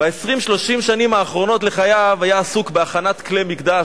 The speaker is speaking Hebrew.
ב-20 30 השנים האחרונות לחייו היה עסוק בהכנת כלי מקדש,